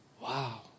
Wow